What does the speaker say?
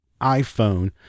iPhone